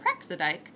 Praxidike